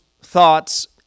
thoughts